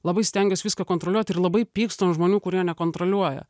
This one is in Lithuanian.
labai stengiuos viską kontroliuot ir labai pykstu ant žmonių kurie nekontroliuoja